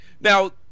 Now